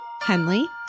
Henley